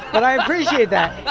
but i appreciate that. but